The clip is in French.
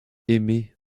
aimez